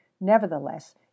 Nevertheless